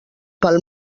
pel